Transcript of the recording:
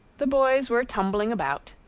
the boys were tumbling about,